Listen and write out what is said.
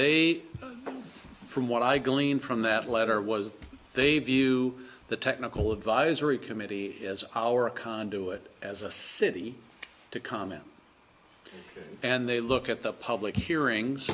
they from what i gleaned from that letter was they view the technical advisory committee as our conduit as a city to comment and they look at the public hearings